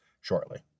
shortly